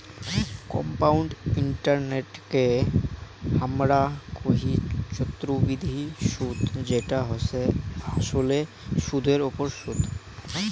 compound ইন্টারেস্টকে হামরা কোহি চক্রবৃদ্ধি সুদ যেটা হসে আসলে সুদের ওপর সুদ